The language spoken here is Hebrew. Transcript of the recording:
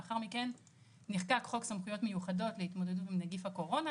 לאחר מכן נחקק חוק סמכויות מיוחדות להתמודדות עם נגיף הקורונה